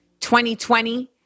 2020